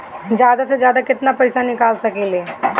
जादा से जादा कितना पैसा निकाल सकईले?